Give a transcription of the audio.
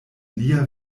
lia